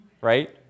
right